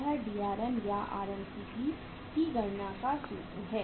यह DRM या RMCP की गणना का सूत्र है